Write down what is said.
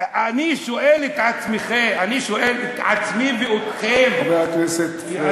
אני שואל את עצמי ואתכם, חבר הכנסת פריג'.